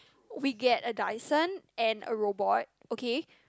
we get a Dyson and a robot okay